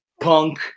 punk